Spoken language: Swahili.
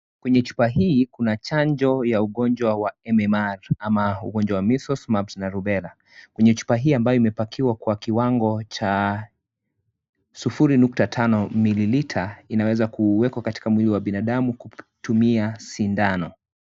Kwenye chupa hii kuna chanjo ya ugonjwa wa MMR ama ugonjwa measles mumps na rubella. Kwenye chupa hii ambayo imepakiwa kwa kiwango cha milimita sufuri nukta tano. Inaweza kuwekwa kwa mwili wa binadamu kutumia sindano.